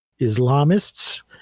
Islamists